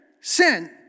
Sin